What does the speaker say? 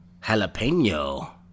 jalapeno